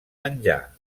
menjar